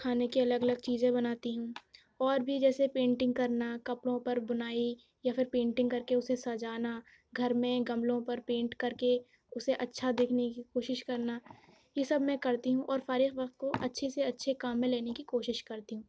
کھانے کے الگ الگ چیزیں بناتی ہوں اور بھی جیسے پینٹنگ کرنا کپڑوں پہ بنائی یا پھر پینٹنگ کر کے اسے سجانا گھر میں گملوں پر پینٹ کر کے اسے اچھا دیکھنے کی کوشش کرنا یہ سب میں کرتی ہوں اور فارغ وقت کو اچھے سے اچھے کام میں لینے کی کوشش کرتی ہوں